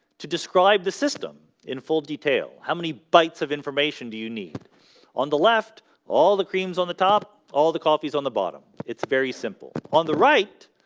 to describe the system in full detail how many bytes of information? do you need on the left all the creams on the top all the coffees on the bottom? it's very simple on the right?